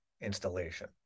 installation